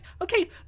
okay